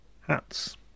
hats